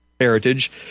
heritage